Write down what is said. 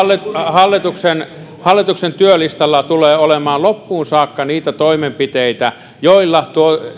hallituksen hallituksen työlistalla tulee olemaan loppuun saakka niitä toimenpiteitä joilla tuo